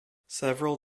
several